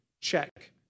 check